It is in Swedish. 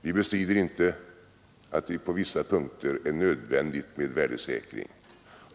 Vi bestrider inte att det på vissa punkter är nödvändigt med värdesäkring.